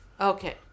Okay